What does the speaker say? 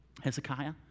Hezekiah